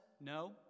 No